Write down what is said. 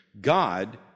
God